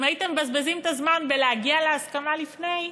אם הייתם מבזבזים את הזמן בלהגיע להסכמה לפני,